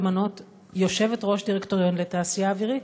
למנות יושבת-ראש דירקטוריון לתעשייה האווירית.